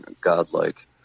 godlike